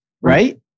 right